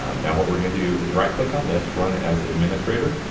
ah now what we're gonna do is right click on this, run as administrator.